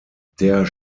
der